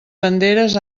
banderes